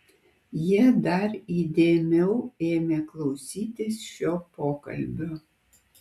jie dar įdėmiau ėmė klausytis šio pokalbio